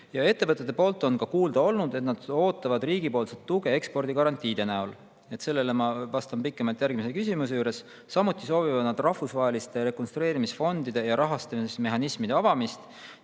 Ettevõtete poolt on ka kuulda olnud, et nad ootavad riigi tuge ekspordigarantiide näol. Sellele ma vastan pikemalt järgmise küsimuse juures. Samuti soovivad nad rahvusvaheliste rekonstrueerimisfondide ja rahastamismehhanismide avamist